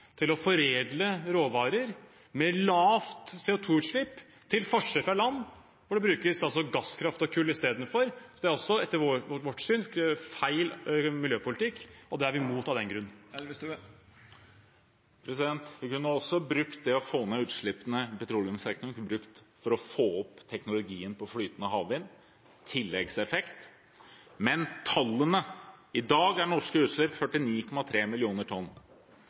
til å foredle råvarer med lavt CO 2 -utslipp, til forskjell fra land hvor det brukes gasskraft og kull istedenfor. Så det er etter vårt syn feil miljøpolitikk, og det er vi imot av den grunn. Man kunne også brukt det å få ned utslippene i petroleumssektoren for å få opp teknologien på flytende havvind – en tilleggseffekt. Men til tallene: I dag er norske utslipp 49,3 millioner tonn.